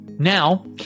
Now